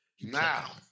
Now